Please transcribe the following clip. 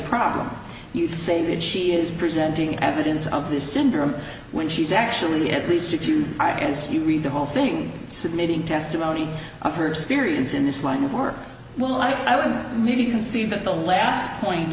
problem you say that she is presenting evidence of this syndrome when she's actually at least if you as you read the whole thing submitting testimony of her experience in this line of work well i know and maybe you can see that the last point